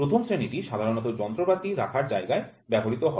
১'ম শ্রেণীটি সাধারনত যন্ত্রপাতি রাখার জায়গায় ব্যবহৃত হয়